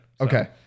Okay